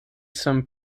some